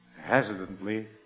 hesitantly